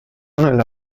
nella